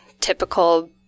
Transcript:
typical